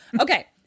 Okay